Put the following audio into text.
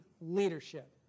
leadership